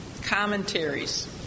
commentaries